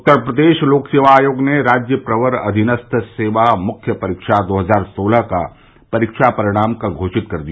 उत्तर प्रदेश लोकसेवा आयोग ने राज्य प्रवर अधीनस्थ सेवा मुख्य परीक्षा दो हजार सोलह का परीक्षा परिणाम कल घोषित कर दिया